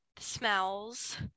smells